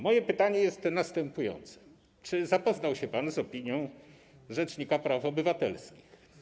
Moje pytanie jest następujące: Czy zapoznał się pan z opinią rzecznika praw obywatelskich?